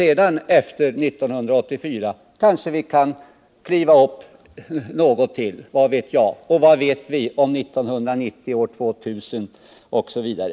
Efter 1984 kanske vi kan kliva upp något till, vad vet jag. Och vad vet vi om 1990, år 2000, osv.?